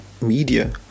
media